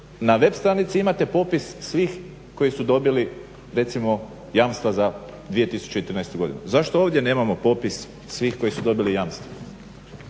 Na web stranici imate popis svih koji su dobili recimo jamstva za 2013. godinu. Zašto ovdje nemamo popis svih koji su dobili jamstva?